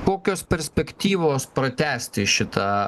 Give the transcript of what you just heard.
kokios perspektyvos pratęsti šitą